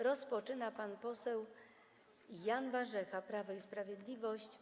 Rozpoczyna pan poseł Jan Warzecha, Prawo i Sprawiedliwość.